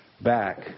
back